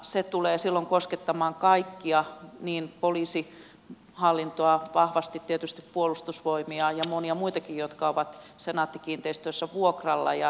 se tulee silloin koskettamaan kaikkia niin poliisihallintoa vahvasti kuin tietysti puolustusvoimia ja monia muitakin jotka ovat senaatti kiinteistöissä vuokralla